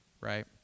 right